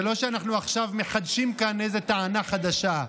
זה לא שאנחנו עכשיו מחדשים כאן איזו טענה חדשה.